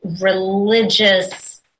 religious